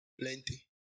Plenty